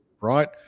Right